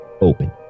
open